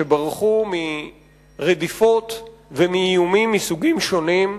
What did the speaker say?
אלה שברחו מרדיפות ומאיומים מסוגים שונים,